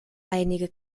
einige